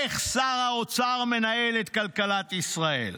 איך שר האוצר מנהל את כלכלת ישראל?